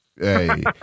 Hey